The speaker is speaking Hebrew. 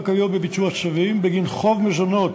כיום בביצוע צווים בגין חוב מזונות